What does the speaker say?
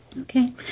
Okay